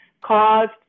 caused